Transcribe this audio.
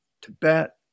Tibet